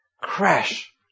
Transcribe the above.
crash